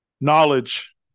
knowledge